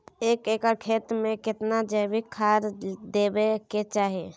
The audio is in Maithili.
एक एकर खेत मे केतना जैविक खाद देबै के चाही?